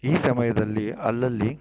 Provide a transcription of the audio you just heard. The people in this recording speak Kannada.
ಈ ಸಮಯದಲ್ಲಿ ಅಲ್ಲಲ್ಲಿ